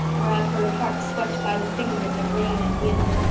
where i've heard harps swept by the fingers of rain and wind.